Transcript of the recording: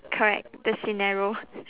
correct the scenario